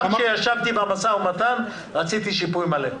גם כשישבתי במשא ומתן, רציתי שיפוי מלא.